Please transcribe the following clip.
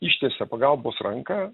ištiesia pagalbos ranką